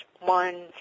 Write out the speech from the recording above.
one